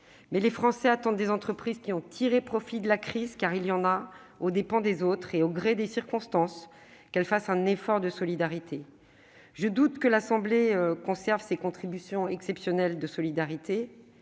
les Français attendent des entreprises qui ont tiré profit de la crise aux dépens des autres et au gré des circonstances, qu'elles fassent un effort de solidarité. Je doute que l'Assemblée nationale conserve ces contributions exceptionnelles de solidarité,